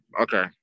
okay